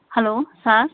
hello sir